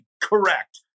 correct